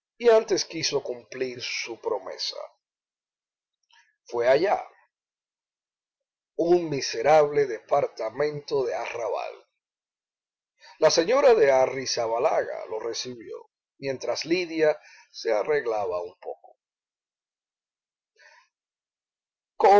y antes quiso cumplir su promesa fué allá un miserable departamento de arrabal la señora de arrizabalaga lo recibió mientras lidia se arreglaba un poco